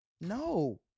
No